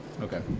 Okay